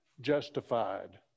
justified